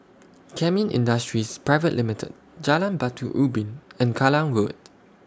Kemin Industries Private Limited Jalan Batu Ubin and Kallang Road